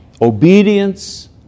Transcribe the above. Obedience